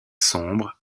sombre